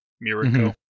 Mirko